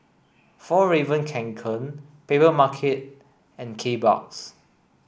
Fjallraven Kanken Papermarket and Kbox